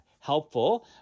Helpful